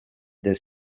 del